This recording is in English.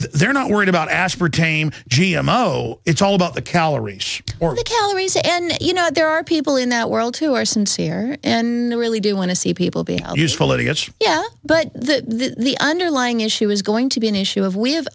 they're not worried about aspartame g m o it's all about the calories or the calories and you know there are people in that world who are sincere and they really do want to see people being useful idiots yeah but that the underlying issue is going to be an issue of we